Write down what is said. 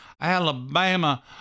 alabama